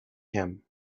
him